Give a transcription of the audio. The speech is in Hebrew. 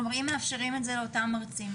אם מאפשרים את זה לאותם מרצים,